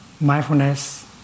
Mindfulness